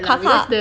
kakak